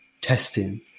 testing